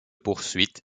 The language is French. poursuites